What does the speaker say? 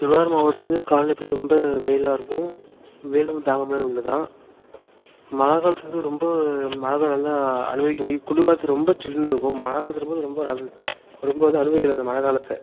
திருவாரூர் மாவட்டத்தில் காலநிலை இப்போ ரொம்ப வெயிலாக இருக்கும் வெயில் வந்து தாங்கமுடியாது உண்மைதான் மழைக்காலத்துல வந்து ரொம்ப மழைக்காலம்லாம் அனுபவிக்க முடியும் குளிர்காலத்தில் ரொம்ப ஜில்லுன்னு இருக்கும் மழைக்காலத்துலம் போது ரொம்ப ரொம்ப வந்து அனுபவிக்கலை அந்த மழைக்காலத்த